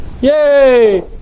Yay